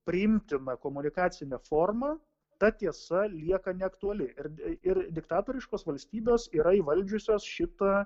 priimtina komunikacinė forma ta tiesa lieka neaktuali ir ir diktatoriškos valstybės yra įvaldžiusios šitą